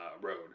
road